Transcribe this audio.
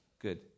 good